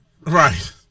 Right